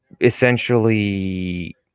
essentially